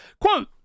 Quote